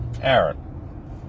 Aaron